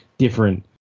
different